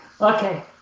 okay